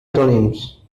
antonyms